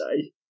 say